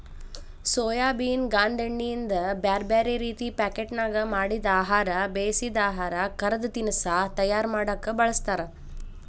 soybean ಗಾಂದೇಣ್ಣಿಯಿಂದ ಬ್ಯಾರ್ಬ್ಯಾರೇ ರೇತಿ ಪಾಕೇಟ್ನ್ಯಾಗ ಮಾಡಿದ ಆಹಾರ, ಬೇಯಿಸಿದ ಆಹಾರ, ಕರದ ತಿನಸಾ ತಯಾರ ಮಾಡಕ್ ಬಳಸ್ತಾರ